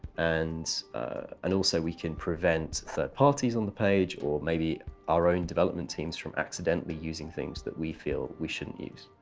and and also, we can prevent third parties on the page, or maybe our own development teams from accidentally using things that we feel we shouldn't use.